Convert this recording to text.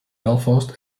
belfast